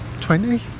Twenty